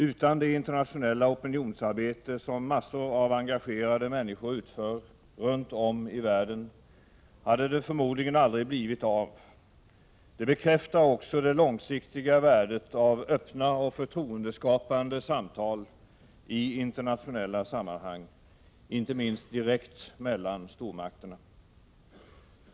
Utan det internationella opinionsarbete som massor av engagerade människor utför runt om i världen hade det förmodligen aldrig blivit av. Det bekräftar också det långsiktiga värdet av öppna och förtroendeskapande samtal i internationella sammanhang, inte minst direkt mellan stormakterna.